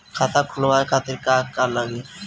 खाता खोलवाए खातिर का का लागी?